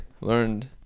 learned